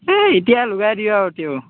সেই এতিয়া